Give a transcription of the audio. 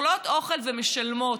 אוכלות אוכל ומשלמות.